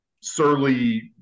surly